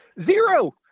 Zero